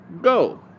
go